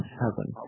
heaven